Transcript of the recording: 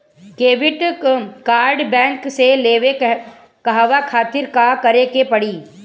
Credit card bank से लेवे कहवा खातिर का करे के पड़ी?